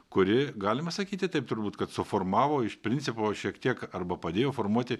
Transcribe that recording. kuri galima sakyti taip turbūt kad suformavo iš principo šiek tiek arba padėjo formuoti